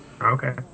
okay